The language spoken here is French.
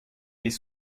des